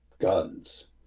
guns